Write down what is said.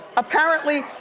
apparently,